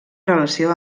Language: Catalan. relació